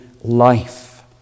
life